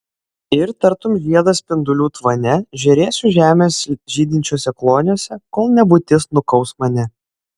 ir tartum žiedas spindulių tvane žėrėsiu žemės žydinčiuose kloniuose kol nebūtis nukaus mane